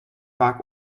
vaak